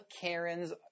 karens